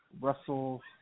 Russell